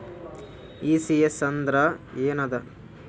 ECS ಅಂದ್ರ ಏನದ?